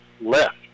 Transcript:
left